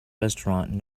restaurant